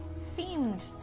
seemed